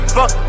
Fuck